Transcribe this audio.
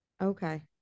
Okay